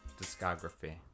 discography